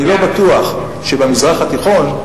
אני לא בטוח שבמזרח התיכון,